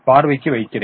பார்வைக்கு வைக்கிறேன்